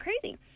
crazy